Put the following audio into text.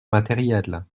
matérielle